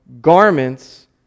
garments